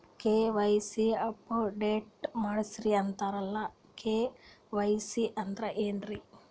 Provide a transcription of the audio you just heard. KYC update ಮಾಡಸ್ರೀ ಅಂತರಲ್ಲ K Y C ಅಂದ್ರ ಏನ್ರೀ?